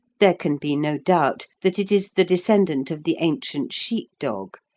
there can be no doubt that it is the descendant of the ancient sheep-dog,